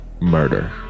murder